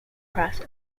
process